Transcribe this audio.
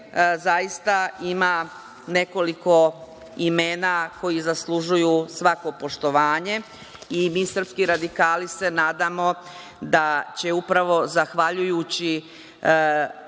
zaista ima nekoliko imena koja zaslužuju svako poštovanje i mi srpski radikali se nadamo da će upravo zahvaljujući,